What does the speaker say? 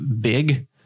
big